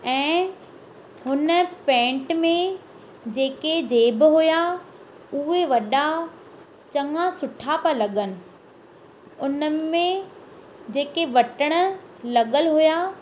ऐं हुन पैंट में जेके जेब हुया उहे वॾा चङा सुठा पिया लगनि उन्हनि में जेके बटण लॻियलु हुया